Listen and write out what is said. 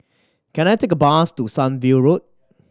can I take a bus to Sunview Road